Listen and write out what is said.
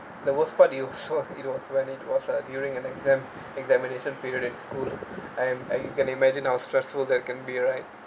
the worst part you it was when it was uh during an exam examination period in school and I just can't imagine how stressful that can be right